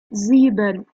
sieben